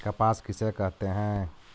कपास किसे कहते हैं?